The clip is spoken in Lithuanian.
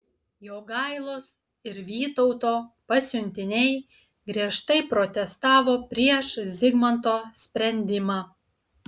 jogailos ir vytauto pasiuntiniai griežtai protestavo prieš zigmanto sprendimą